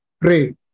pray